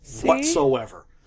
whatsoever